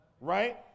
right